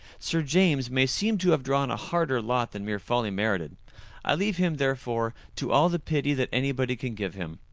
sir james may seem to have drawn a harder lot than mere folly merited i leave him, therefore, to all the pity that anybody can give him.